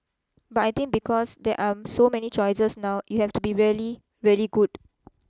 but I think because there are so many choices now you have to be really really good